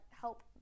help